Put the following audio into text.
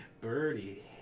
Birdie